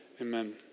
Amen